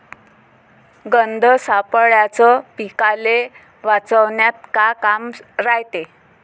गंध सापळ्याचं पीकाले वाचवन्यात का काम रायते?